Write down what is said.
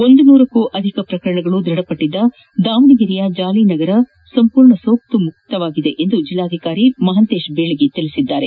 ಒಂದು ನೂರಕ್ಕೂ ಅಧಿಕ ಪ್ರಕರಣಗಳು ದೃಢಪಟ್ಟದ್ದ ದಾವಣಗೆರೆಯ ಜಾಲಿನಗರ ಸಂಪೂರ್ಣ ಸೋಂಕು ಮುಕ್ತವಾಗಿದೆ ಎಂದು ಜಿಲ್ಲಾಧಿಕಾರಿ ಮಹಾಂತೇಶ ಬೀಳಗಿ ತಿಳಿಸಿದ್ದಾರೆ